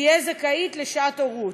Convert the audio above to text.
תהיה זכאית לשעת הורות.